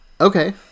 Okay